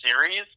Series